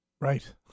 Right